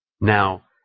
Now